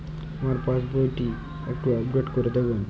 আমার পাসবই টি একটু আপডেট করে দেবেন?